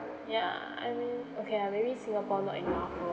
ya I mean okay lah maybe singapore not enough